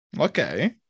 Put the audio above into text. Okay